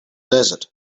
desert